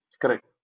Correct